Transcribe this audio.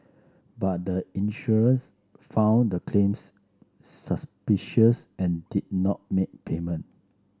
but the insurance found the claims suspicious and did not make payment